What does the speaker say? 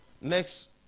Next